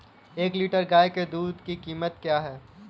एक लीटर गाय के दूध की कीमत क्या है?